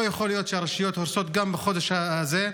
לא יכול להיות שהרשויות הורסות גם בחודש הזה,